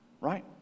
right